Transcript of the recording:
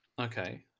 Okay